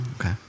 Okay